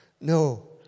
No